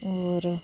और